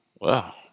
Wow